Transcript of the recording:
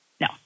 No